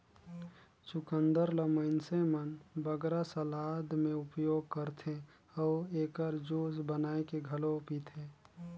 चुकंदर ल मइनसे मन बगरा सलाद में उपयोग करथे अउ एकर जूस बनाए के घलो पीथें